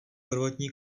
prvotní